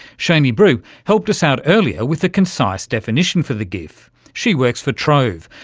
cheney brew helped us out earlier with a concise definition for the gif. she works for trove,